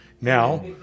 Now